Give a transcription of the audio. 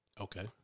Okay